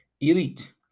elite